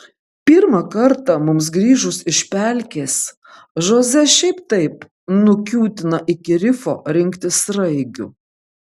pirmą kartą mums grįžus iš pelkės žoze šiaip taip nukiūtina iki rifo rinkti sraigių